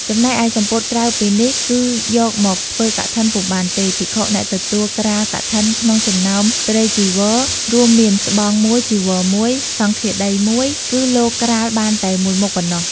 ចំណែកឯសំពត់ក្រៅពីនេះគឺយកមកធ្វើកឋិនពុំបានទេ ភិក្ខុអ្នកទទួលក្រាលកឋិនក្នុងចំណោមត្រៃចីវរ រួមមាន ស្បង់១ ចីវរ១ សង្ឃាដី១ គឺលោកក្រាលបានតែ១មុខប៉ុណ្ណោះ ។